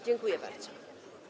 Dziękuję bardzo.